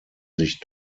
sich